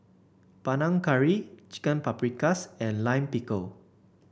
Panang Curry Chicken Paprikas and Lime Pickle